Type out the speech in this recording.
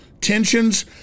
tensions